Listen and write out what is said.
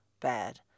bad